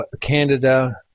Canada